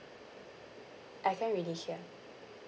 I can't really hear